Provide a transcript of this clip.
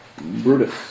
Brutus